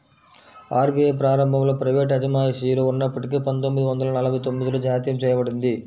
RBI ప్రారంభంలో private అజమాయిషిలో ఉన్నప్పటికీ పందొమ్మిది వందల నలభై తొమ్మిదిలో జాతీయం చేయబడింది